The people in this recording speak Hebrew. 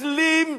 מנצלים,